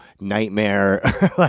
nightmare